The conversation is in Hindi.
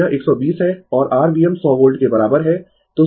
तो यह 120 है और r Vm 100 वोल्ट के बराबर है